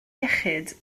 iechyd